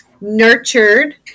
nurtured